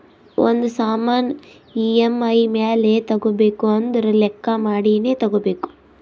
ಒಂದ್ ಸಾಮಾನ್ ಇ.ಎಮ್.ಐ ಮ್ಯಾಲ ತಗೋಬೇಕು ಅಂದುರ್ ಲೆಕ್ಕಾ ಮಾಡಿನೇ ತಗೋಬೇಕು